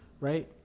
right